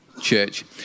Church